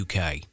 UK